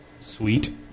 Sweet